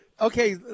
Okay